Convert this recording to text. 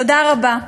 תודה רבה.